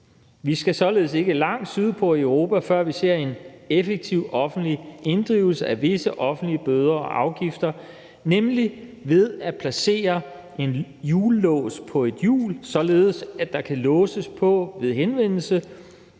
Vi skal således ikke langt sydpå i Europa, før vi ser en effektiv offentlig inddrivelse af visse offentlige bøder og afgifter, nemlig ved at man placerer en hjullås på et hjul, således at der kan låses op ved henvendelse